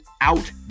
out